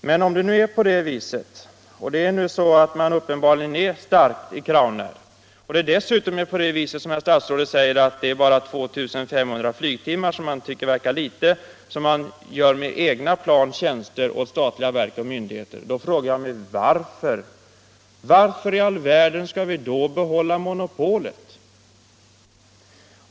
Men om nu Crownair är starkt nog att så gott som ensamt klara av beredskapskravet — och det är uppenbart så att man är stark i Crownair — och om det dessutom är så som herr statsrådet säger att man endast med 2 500 flygtimmar — jag tycker det verkar litet — med egna plan gör tjänster åt statliga verk och myndigheter, då frågar jag mig: Varför i all världen skall vi då behålla monopolet?